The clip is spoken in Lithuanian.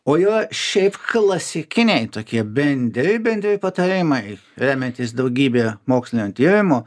o jo šiaip klasikiniai tokie bendri bendri patarimai remiantis daugybe mokslinių tyrimų